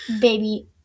baby